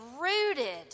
rooted